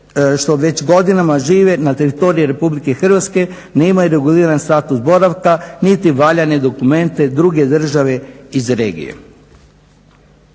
što već godinama žive na teritoriju RH nemaju reguliran status boravka niti valjane dokumente druge države iz regije.